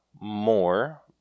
more